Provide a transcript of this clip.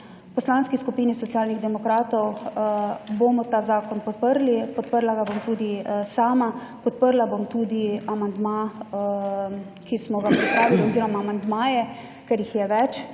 Poslanski skupini Socialnih demokratov bomo ta zakon podprli. Podprla ga bom tudi sama. Podprla bom tudi amandma, ki smo ga pripravili oziroma amandmaje, ker jih je več.